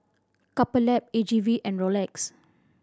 Couple Lab A G V and Rolex